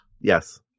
Yes